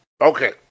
Okay